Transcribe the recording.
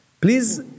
Please